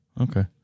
Okay